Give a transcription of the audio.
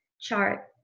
chart